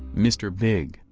mr. big,